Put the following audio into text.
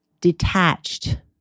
detached